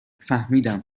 فهمیدم